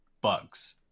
bugs